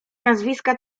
nazwiska